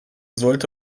sollte